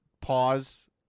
pause